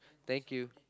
thank you